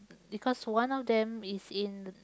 because one of them is in the